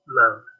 love